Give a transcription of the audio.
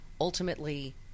ultimately